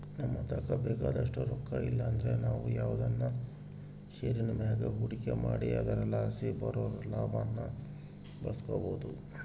ನಮತಾಕ ಬೇಕಾದೋಟು ರೊಕ್ಕ ಇಲ್ಲಂದ್ರ ನಾವು ಯಾವ್ದನ ಷೇರಿನ್ ಮ್ಯಾಗ ಹೂಡಿಕೆ ಮಾಡಿ ಅದರಲಾಸಿ ಬರೋ ಲಾಭಾನ ಬಳಸ್ಬೋದು